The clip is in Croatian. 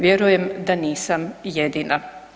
Vjerujem da nisam jedina.